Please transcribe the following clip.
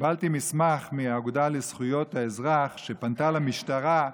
קיבלתי מסמך מהאגודה לזכויות האזרח, שפנתה למשטרה,